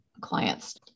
clients